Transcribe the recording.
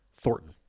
thornton